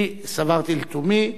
אני סברתי לתומי,